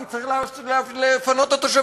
כי צריך לפנות את התושבים.